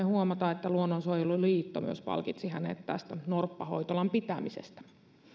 huomata että luonnonsuojeluliitto myös palkitsi hänet tästä norppahoitolan pitämisestä